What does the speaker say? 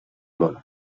món